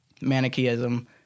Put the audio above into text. Manichaeism